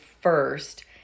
first